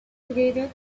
together